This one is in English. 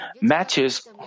matches